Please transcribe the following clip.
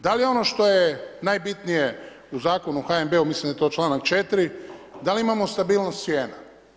Da li ono što je najbitnije u Zakonu u HNB-u, mislim da je to čl. 4., dali imamo stabilnost cijena?